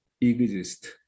exist